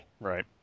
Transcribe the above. Right